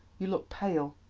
you look pale.